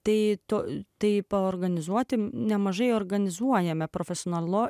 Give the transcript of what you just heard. tai tu tai organizuoti nemažai organizuojame profesionalu